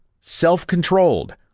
self-controlled